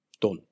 Done